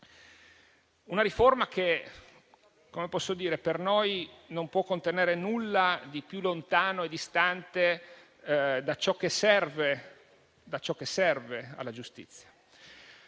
una riforma che per noi non può contenere nulla di più lontano e distante da ciò che serve alla giustizia